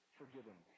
forgiven